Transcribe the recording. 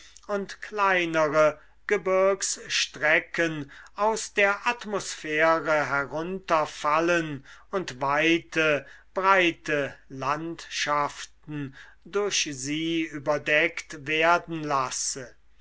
und kleinere gebirgsstrecken aus der atmosphäre herunterfallen und weite breite landschaften durch sie überdeckt werden lasse